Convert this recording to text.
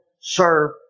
serve